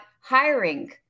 hiring